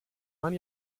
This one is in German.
man